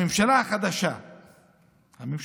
הממשלה החדשה עכשיו,